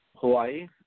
Hawaii